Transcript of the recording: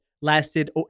lasted